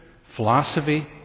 philosophy